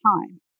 time